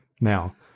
now